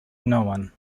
known